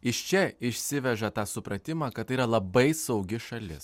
iš čia išsiveža tą supratimą kad tai yra labai saugi šalis